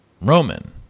roman